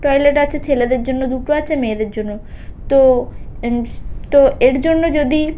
toilet আছে ছেলেদের জন্য দুটো আছে মেয়েদের জন্য তো এমস তো এর জন্য যদি